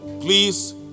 Please